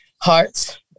hearts